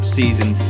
season